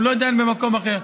הוא לא דיין במקום אחר.